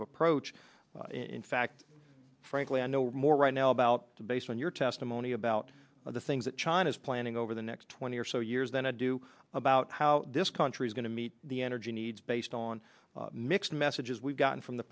of approach in fact frankly i know or more right now about to based on your testimony about the things that china's planning over the next twenty or so years than i do about how this country is going to meet the energy needs based on mixed messages we've gotten from the